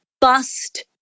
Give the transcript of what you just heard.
bust